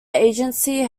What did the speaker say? agency